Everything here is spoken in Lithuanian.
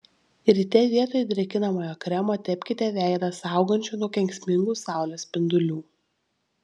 ryte vietoj drėkinamojo kremo tepkite veidą saugančiu nuo kenksmingų saulės spindulių